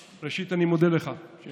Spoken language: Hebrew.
ראשית, אני מודה לך על